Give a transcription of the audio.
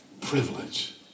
privilege